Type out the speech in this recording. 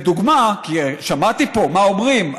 לדוגמה, כי שמעתי פה מה אומרים.